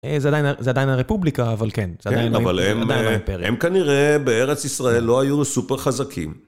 זה עדיין הרפובליקה, אבל כן. כן, אבל הם כנראה בארץ ישראל לא היו סופר חזקים.